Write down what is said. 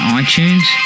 iTunes